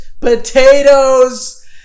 potatoes